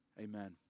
Amen